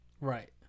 Right